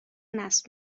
نصب